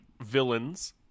villains